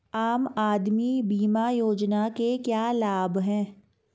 आम आदमी बीमा योजना के क्या लाभ हैं?